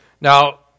Now